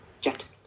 jet